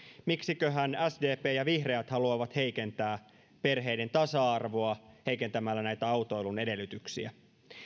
miksiköhän sdp ja vihreät haluavat heikentää perheiden tasa arvoa heikentämällä näitä autoilun edellytyksiä